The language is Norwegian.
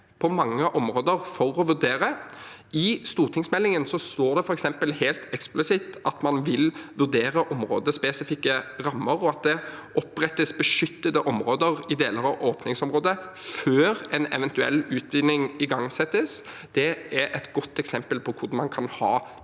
på mange områder med å vurdere. I stortingsmeldingen står det f.eks. helt eksplisitt at man vil vurdere områdespesifikke rammer, og at det opprettes beskyttede områder i deler av åpningsområdet før en eventuell utvinning igangsettes. Det er et godt eksempel på hvordan man kan ha